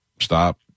stop